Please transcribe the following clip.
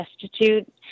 destitute